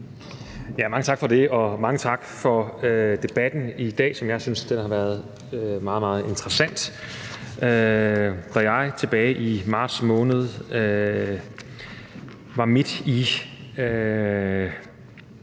Heunicke): Tak for det, og mange tak for debatten i dag, som jeg synes har været meget, meget interessant. Da jeg tilbage i marts måned var midt i